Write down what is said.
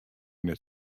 net